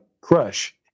crush